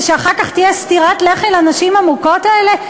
שאחר כך תהיה סטירת לחי לנשים המוכות האלה?